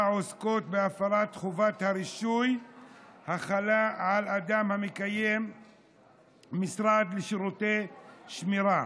עוסקות בהפרת חובת הרישוי החלה על אדם המקיים משרד לשירותי שמירה,